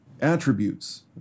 attributes